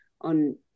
on